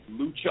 Lucha